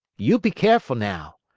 you be careful, now.